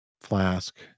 Flask